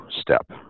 step